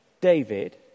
David